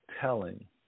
telling